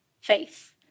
faith